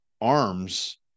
arms